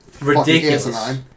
Ridiculous